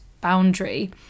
boundary